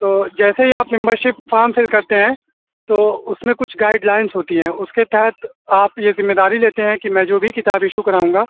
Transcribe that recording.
تو جیسے ہی آپ ممبر شپ فارم فل کرتے ہیں تو اس میں کچھ گائڈ لائنس ہوتی ہیں اس کے تحت آپ یہ ذمہ داری لیتے ہیں کہ میں جو بھی کتاب ایشو کراؤں گا